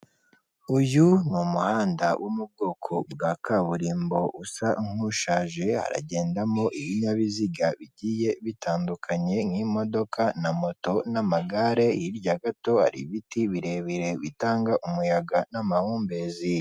Uyu ni umuhanda wo mu bwoko bwa kaburimbo usa nk'ushaje haragendamo ibinyabiziga bigiye bitandukanye nk'imodoka na moto n'amagare, hirya gato hari ibiti birebire bitanga umuyaga n'amahumbezi.